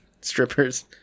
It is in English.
strippers